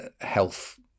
health